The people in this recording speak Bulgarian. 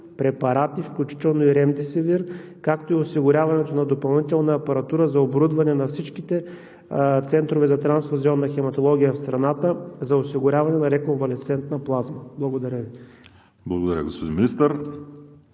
препарати, включително и Ремдесивир, както и осигуряването на допълнителна апаратура за оборудване на всичките центрове за трансфузионна хематология в страната за осигуряване на рековалесцентна плазма. Благодаря Ви. ПРЕДСЕДАТЕЛ ВАЛЕРИ